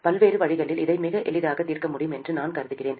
பல்வேறு வழிகளில் இதை மிக எளிதாக தீர்க்க முடியும் என்று நான் கருதுகிறேன்